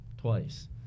twice